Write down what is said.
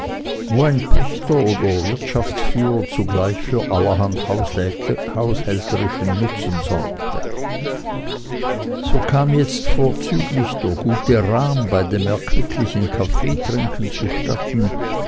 wo ein pächter oder wirtschaftsführer zugleich für allerhand haushälterischen nutzen sorgte so kam jetzt vorzüglich der gute rahm bei dem erquicklichen kaffeetrinken zustatten